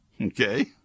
Okay